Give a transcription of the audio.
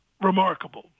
remarkable